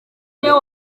niyo